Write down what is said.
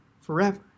forever